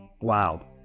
Wow